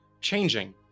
changing